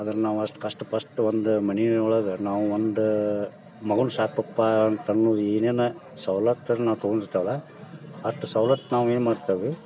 ಅದನ್ನು ನಾವು ಅಷ್ಟು ಕಷ್ಟ್ಪಟ್ಟ್ ಒಂದು ಮನೆ ಒಳಗೆ ನಾವು ಒಂದು ಮಗುನ್ನು ಸಾಕ್ಬೇಕ್ಪ ಅಂತ ಅನ್ನೋದ್ ಏನೇನು ಸವ್ಲತ್ತನ್ನು ನಾವು ತೊಗೊಂಡಿರ್ತೇವಲ್ಲ ಅಷ್ಟು ಸವ್ಲತ್ತು ನಾವು ಏನು ಮಾಡ್ತೀವಿ